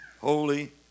Holy